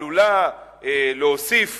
עלולה להוסיף